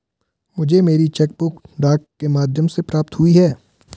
मुझे मेरी cheque book डाक के माध्यम से प्राप्त हुई है